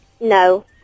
No